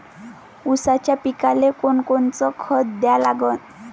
ऊसाच्या पिकाले कोनकोनचं खत द्या लागन?